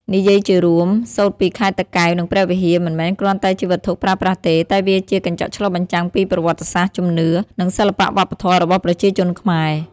និយាយជារួម សូត្រពីខេត្តតាកែវ និងព្រះវិហារ មិនមែនគ្រាន់តែជាវត្ថុប្រើប្រាស់ទេ តែវាជាកញ្ចក់ឆ្លុះបញ្ចាំងពីប្រវត្តិសាស្ត្រ ជំនឿ និងសិល្បៈវប្បធម៌របស់ប្រជាជនខ្មែរ។